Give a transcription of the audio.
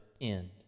end